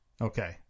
Okay